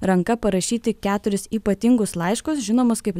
ranka parašyti keturis ypatingus laiškus žinomus kaip